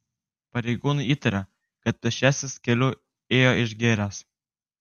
pareigūnai įtaria kad pėsčiasis keliu ėjo išgėręs